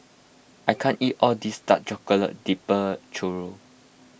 I can't eat all of this Dark Chocolate Dipped Churro